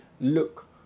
look